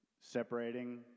separating